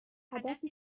هدفی